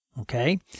Okay